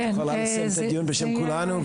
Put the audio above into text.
את יכולה לסכם את הדיון בשם כולנו.